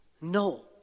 No